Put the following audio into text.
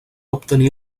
obtenir